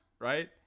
right